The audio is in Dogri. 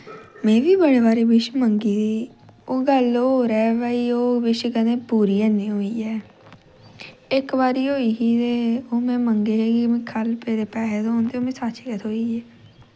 में बी बड़े बारी बिश मंगी दी गल्ल होर ऐ भाई ओह् किश कदें पूरी हैनी होई ऐ इक बारी होई ही ते ओह् में मंगे हे कि ख'ल्ल पेदे पैसे थ्होन ते सच्च गै थ्होइयै